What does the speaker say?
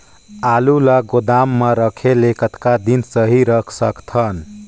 आलू ल गोदाम म रखे ले कतका दिन सही रख सकथन?